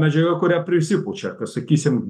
medžiaga kuria prisipučia ka sakysim